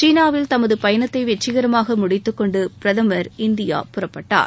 சீனாாவில் தமது பயணத்தை வெற்றிகரமாக முடித்து கொண்டு பிரதமர் இந்தியா புறப்பட்டார்